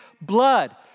blood